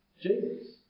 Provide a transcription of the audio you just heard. Jesus